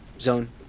zone